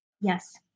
Yes